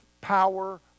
power